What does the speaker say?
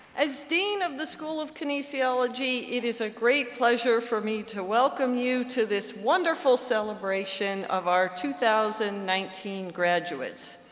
as dean of the school of kinesiology, it is a great pleasure for me to welcome you to this wonderful celebration of our two thousand and nineteen graduates.